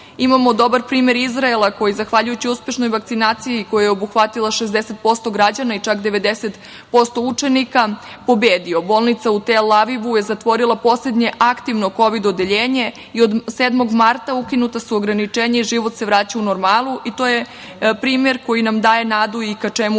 dobar primer Izraela koji je zahvaljujući uspešnoj vakcinaciji koja je obuhvatila 60% građana i čak 90% učenika pobedio. Bolnica u Tel Avivu je zatvorila poslednje aktivno Kovid odeljenje i od 7. marta ukinuta su ograničena i život se vraća u normalu. To je primer koji nam daje nadu i ka čemu svi